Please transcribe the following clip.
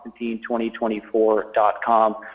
Constantine2024.com